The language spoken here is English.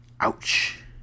Ouch